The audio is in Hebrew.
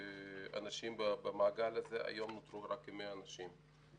אנשים במעגל הזה, היום נותרו רק כ-100 אנשים.